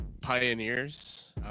Pioneers